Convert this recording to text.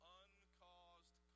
uncaused